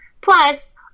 Plus